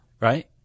Right